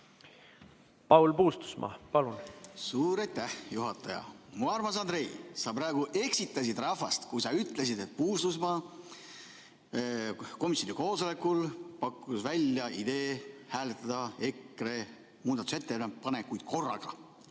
Paul Puustusmaa, palun! Suur aitäh, juhataja! Mu armas Andrei! Sa praegu eksitasid rahvast, kui sa ütlesid, et Puustusmaa pakkus komisjoni koosolekul välja idee hääletada EKRE muudatusettepanekuid korraga,